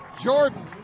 Jordan